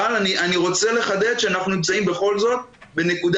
אבל אני רוצה לחדד שאנחנו נמצאים בכל זאת בנקודה